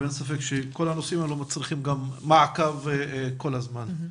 אין ספק שכל הנושאים הללו מצריכים גם מעקב כל הזמן.